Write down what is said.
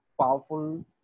powerful